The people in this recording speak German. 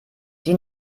die